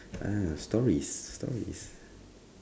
ah stories stories